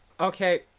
okay